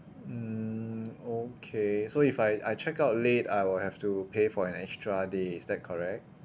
mm okay so if I I check out late I will have to pay for an extra day is that correct